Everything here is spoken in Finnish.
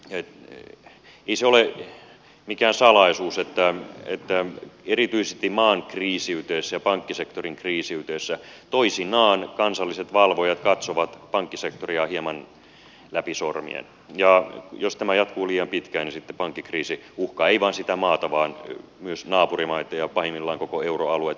ei se ole mikään salaisuus että erityisesti maan kriisiytyessä ja pankkisektorin kriisiytyessä toisinaan kansalliset valvojat katsovat pankkisektoria hieman läpi sormien ja jos tämä jatkuu liian pitkään niin sitten pankkikriisi uhkaa ei vain sitä maata vaan myös naapurimaita ja pahimmillaan koko euroaluetta